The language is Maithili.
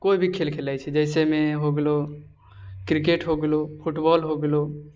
कोइ भी खेल खेलै छै जैसेमे हो गेलौ क्रिकेट हो गेलौ फुटबॉल हो गेलौ